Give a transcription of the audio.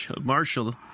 Marshall